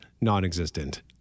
non-existent